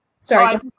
sorry